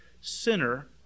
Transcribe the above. sinner